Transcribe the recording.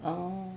orh